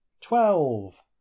Twelve